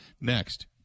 next